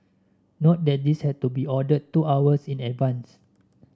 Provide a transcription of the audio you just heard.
note that this had to be ordered two hours in advance